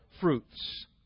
fruits